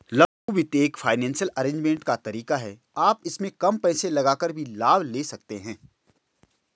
लघु वित्त एक फाइनेंसियल अरेजमेंट का तरीका है आप इसमें कम पैसे लगाकर भी लाभ ले सकते हैं